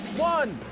one.